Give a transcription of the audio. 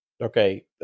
Okay